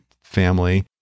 family